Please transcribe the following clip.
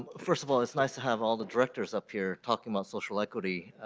first of all it's nice to have all the directors up here talking about social equity.